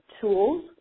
tools